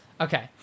Okay